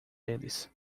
deles